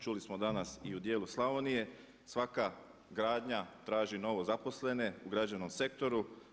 Čuli smo danas i u dijelu Slavonije, svaka gradnja traži novozaposlene u građevnom sektoru.